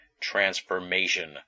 transformation